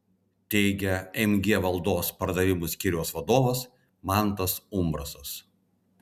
teigia mg valdos pardavimų skyriaus vadovas mantas umbrasas